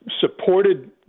supported